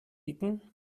bitten